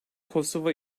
kosova